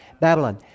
Babylon